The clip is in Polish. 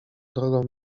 drogą